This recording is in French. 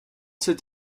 cet